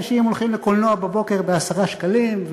אנשים הולכים לקולנוע בבוקר ב-10 שקלים,